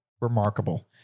remarkable